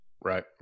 Right